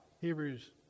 Hebrews